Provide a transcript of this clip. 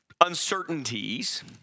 uncertainties